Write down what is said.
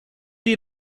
die